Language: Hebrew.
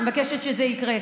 ואני מבקשת שזה יקרה.